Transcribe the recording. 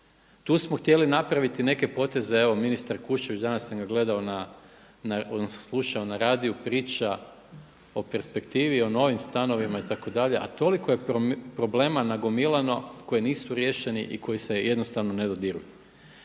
Tu smo htjeli napraviti neke poteže, evo ministar Kuščević, dans sam ga gledao, odnosno slušao na radiju priča o perspektivi, o novim stanovima itd., a to liko je problema nagomilano koji nisu riješeni i koji se jednostavno ne dodiruju.